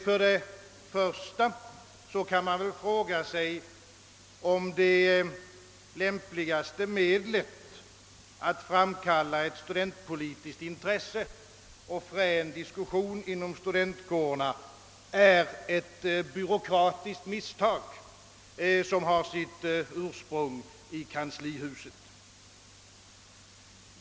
För det första kan man väl fråga sig om det lämpligaste medlet att framkalla ett studentpolitiskt intresse och frän diskussion inom studentkårerna är ett byråkratiskt misstag som har sitt ursprung i kanslihuset.